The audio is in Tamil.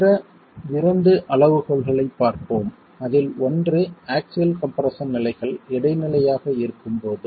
மற்ற இரண்டு அளவுகோல்களைப் பார்ப்போம் அதில் ஓன்று ஆக்ஸில் கம்ப்ரஸன் நிலைகள் இடைநிலையாக இருக்கும்போது